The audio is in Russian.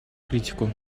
критику